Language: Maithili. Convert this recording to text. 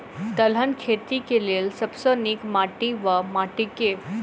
दलहन खेती केँ लेल सब सऽ नीक माटि वा माटि केँ?